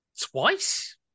twice